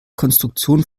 konstruktion